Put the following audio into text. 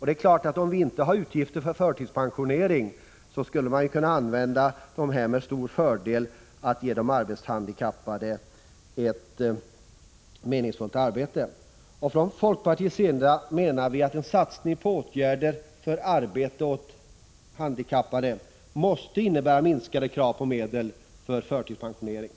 Det är klart att om vi inte har utgifter för förtidspensionering skulle vi med stor fördel kunna använda de pengarna för att ge arbetshandikappade ett meningsfullt arbete. Från folkpartiets sida menar vi att en satsning på åtgärder för arbete åt handikappade måste innebära minskade krav på medel för förtidspensionering.